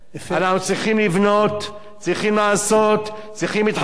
אנחנו צריכים לבנות, צריכים לעשות, צריכים להתחזק.